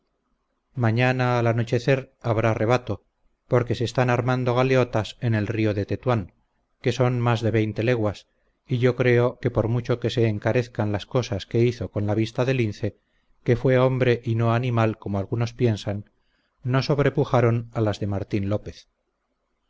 mañana al anochecer habrá rebato porque se están armando galeotas en el río de tetúan que son mas de veinte leguas y yo creo que por mucho que se encarezcan las cosas que hizo con la vista de lince que fue hombre y no animal como algunos piensan no sobrepujaron a las de martín lópez